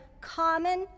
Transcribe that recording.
common